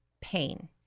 pain